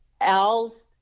Al's